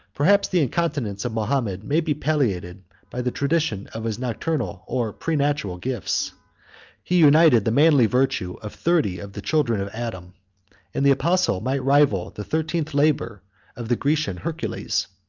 perhaps the incontinence of mahomet may be palliated by the tradition of his natural or preternatural gifts he united the manly virtue of thirty of the children of adam and the apostle might rival the thirteenth labor of the grecian hercules.